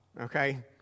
okay